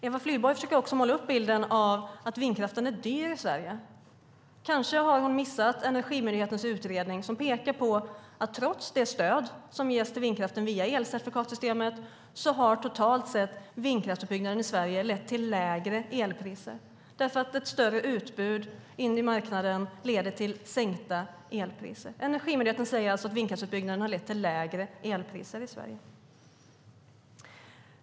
Eva Flyborg försöker också måla upp bilden av att vindkraften i Sverige är dyr. Kanske har hon missat Energimyndighetens utredning, som pekar på att trots det stöd som ges till vindkraften via elcertifikatssystemet har, totalt sett, vindkraftsutbyggnaden i Sverige lett till lägre elpriser därför att ett större utbud på marknaden leder till sänkta elpriser. Energimyndigheten säger alltså att vindkraftsutbyggnaden har lett till lägre elpriser i Sverige.